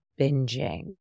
binging